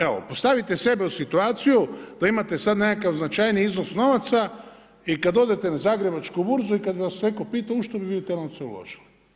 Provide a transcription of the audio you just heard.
Evo, postavite sebe u situaciju da imate sad nekakav značajniji iznos novaca i kad odete na Zagrebačku burzu i kad bi vas netko pitao, u što bi vi te novce uložili?